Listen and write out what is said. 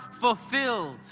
fulfilled